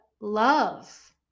love